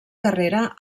carrera